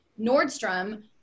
Nordstrom